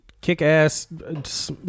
kick-ass